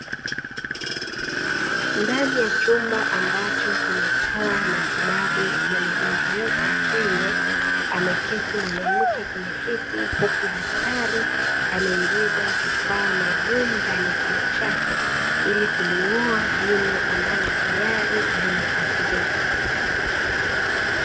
Ndani ya chumba ambacho kinatoa matibabu ya magonjwa yote ya kinywa, ameketi mwanamke kwenye kiti huku daktari ameingiza kifaa maalumu ndani ya kinywa chake ili kuling’oa jino ambalo tayari limeathirika.